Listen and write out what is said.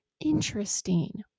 Interesting